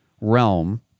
realm